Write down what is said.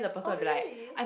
oh really